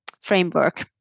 framework